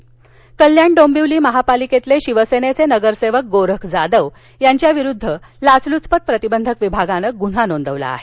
लाच ठाणे कल्याण डोंबिवली महानगरपालिकेतील शिवसेनेचे नगरसेवक गोरख जाधव यांच्याविरुद्ध लाचलुचपत प्रतिबंधक विभागानं गुन्हा नोंदवला आहे